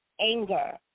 anger